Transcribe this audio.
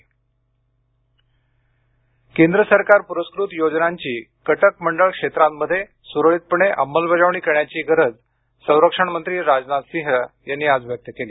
राजनाथसिंह केंद्र सरकार पुरस्कृत योजनांची कटकमंडळ क्षेत्रांमध्ये सुरळीतपणे अंमलबजावणी करण्याची गरज संरक्षणमंत्री राजनाथसिंह यांनी आज व्यक्त केली